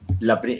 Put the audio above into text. la